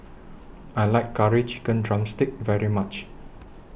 I like Curry Chicken Drumstick very much